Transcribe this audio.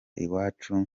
iwacu